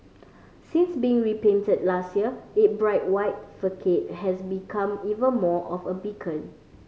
since being repainted last year it bright white facade has become even more of a beacon